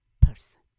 person